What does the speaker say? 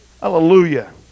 hallelujah